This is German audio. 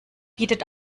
bietet